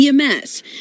EMS